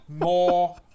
more